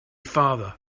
farther